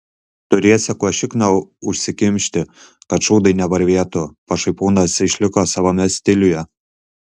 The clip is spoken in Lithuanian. turėsi kuo šikną užsikimšti kad šūdai nevarvėtų pašaipūnas išliko savame stiliuje